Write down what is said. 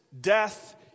death